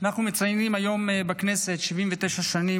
אנחנו מציינים היום בכנסת 79 שנים